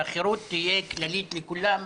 שהחירות תהיה כללית לכולם,